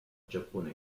giappone